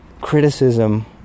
criticism